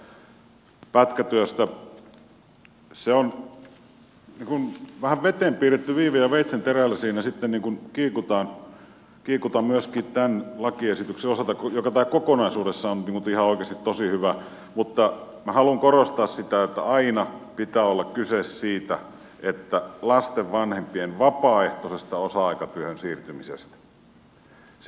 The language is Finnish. se on vähän veteen piirretty viiva ja veitsenterällä siinä sitten kiikutaan myöskin tämän lakiesityksen osalta joka kokonaisuudessaan on ihan oikeasti tosi hyvä mutta minä haluan korostaa sitä että aina pitää olla kyse lasten vanhempien vapaaehtoisesta osa aikatyöhön siirtymisestä